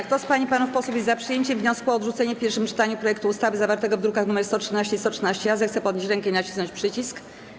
Kto z pań i panów posłów jest za przyjęciem wniosku o odrzucenie w pierwszym czytaniu projektu ustawy zawartego w drukach nr 113 i 113-A, zechce podnieść rękę i nacisnąć przycisk.